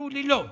נשארו ללא.